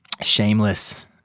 Shameless